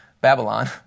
Babylon